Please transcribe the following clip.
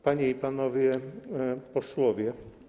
Panie i Panowie Posłowie!